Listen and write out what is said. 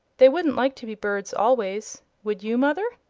they wouldn't like to be birds always. would you, mother?